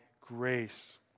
grace